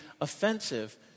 offensive